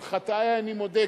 על חטאי אני מודה,